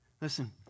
Listen